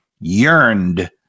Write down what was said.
yearned